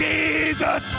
Jesus